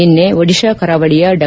ನಿನ್ನೆ ಒಡಿತಾ ಕರಾವಳಿಯ ಡಾ